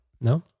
No